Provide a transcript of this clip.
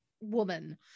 woman